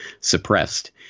suppressed